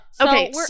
Okay